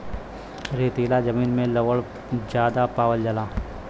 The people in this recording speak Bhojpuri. रेतीला जमीन में लवण ज्यादा पावल जाला